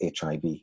HIV